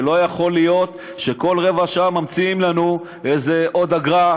ולא יכול להיות שכל רבע שעה ממציאים לנו עוד איזו אגרה,